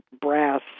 brass